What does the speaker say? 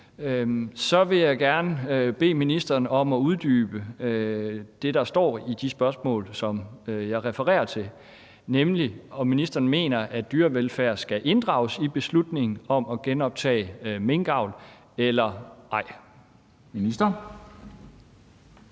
så vil jeg gerne bede ministeren om at uddybe det, der står i de spørgsmål, som jeg refererer til, nemlig om ministeren mener, at dyrevelfærd skal inddrages i beslutningen om at genoptage minkavl eller ej. Kl.